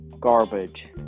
Garbage